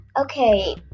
Okay